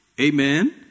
Amen